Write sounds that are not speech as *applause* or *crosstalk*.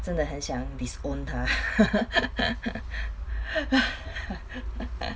真的很想 disowned own 他 *laughs*